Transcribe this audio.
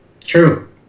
True